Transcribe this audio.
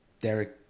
Derek